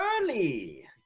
early